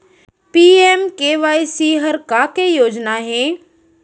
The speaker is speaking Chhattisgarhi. पी.एम.के.एस.वाई हर का के योजना हे?